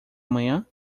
amanhã